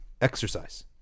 exercise